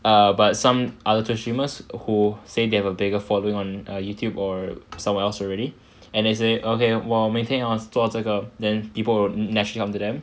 err but some other Twitch streamers who say they have a bigger following on Youtube or somewhere else already then they say okay 我每天要做这个 then people will match in onto them